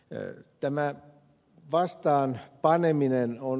levyttämään vastaan paneminen on